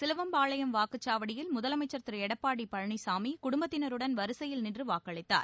சிலுவம்பாளையம் வாக்குச்சாவடியில் முதலமைச்சர் திரு எடப்பாடி பழனிசாமி குடும்பத்தினருடன் வரிசையில் நின்று வாக்களித்தார்